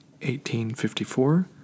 1854